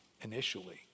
initially